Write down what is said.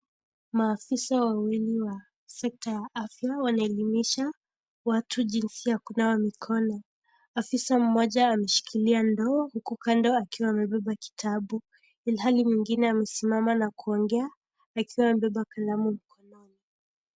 Maafisa wawili wa sekta ya afya wanaelimisha watu jinsi ya kunawa mkono. Afisa mmoja ameshiikilia ndoo, huku kando akiwa amebeba kitabu. Ilhali mwingine amesimama na kuongea, akiwa amebeba kalamu mkononi.